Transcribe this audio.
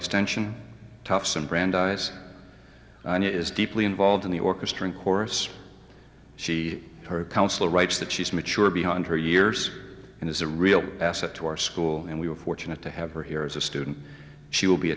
extension tough some brandeis and is deeply involved in the orchestra of course she her counsel writes that she's mature beyond her years and is a real asset to our school and we were fortunate to have her here as a student she will be